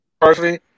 personally